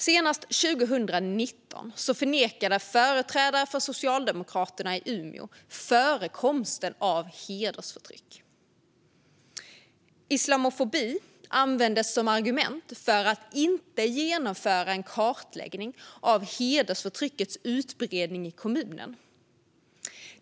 Senast 2019 förnekade företrädare för Socialdemokraterna i Umeå förekomsten av hedersförtryck. Islamofobi användes som argument för att inte genomföra en kartläggning av hedersförtryckets utbredning i kommunen.